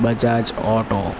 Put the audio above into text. Bajaj auto